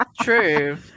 True